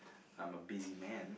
I'm a busy man